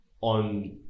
on